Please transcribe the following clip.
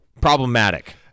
Problematic